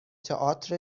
تئاتر